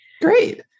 great